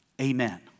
Amen